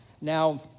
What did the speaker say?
Now